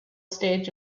stage